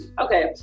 Okay